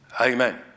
Amen